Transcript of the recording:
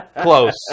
close